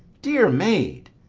dear maid,